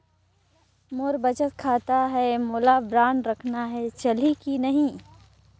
मोर बचत खाता है मोला बांड रखना है चलही की नहीं?